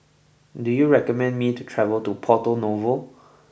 do you recommend me to travel to Porto Novo